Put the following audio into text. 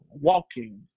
walking